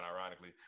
ironically